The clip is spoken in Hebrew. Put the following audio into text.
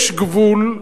יש גבול.